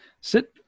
sit